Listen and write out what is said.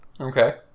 Okay